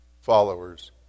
followers